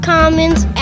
Commons